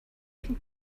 can